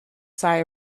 sigh